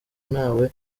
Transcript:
ntawe